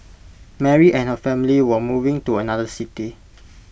Mary and her family were moving to another city